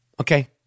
Okay